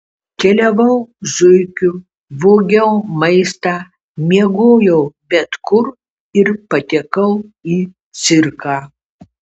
keliavau zuikiu vogiau maistą miegojau bet kur ir patekau į cirką